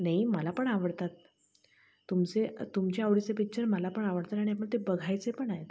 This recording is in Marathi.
नाही मला पण आवडतात तुमचे तुमच्या आवडीचे पिक्चर मला पण आवडतात आणि आपण ते बघायचे पण आहेत